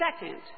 second